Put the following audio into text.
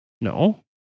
No